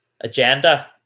agenda